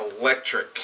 electric